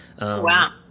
Wow